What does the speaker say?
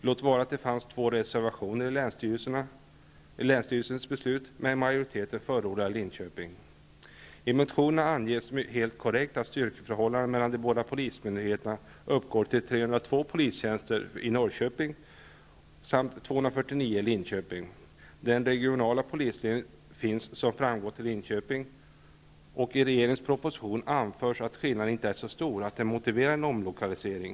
Låt vara att det fanns två reservationer mot länsstyrelsens beslut, men majoriteten förordade Linköping. I motionerna anges helt korrekt styrkeförhållandena mellan de båda polismyndigheterna vara 302 polistjänster i Norrköping mot 249 i Linköping. Den regionala polisledningen finns som framgått i Linköping, och i regeringens proposition anförs att skillnaden inte är så stor att den motiverar en omlokalisering.